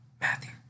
Matthew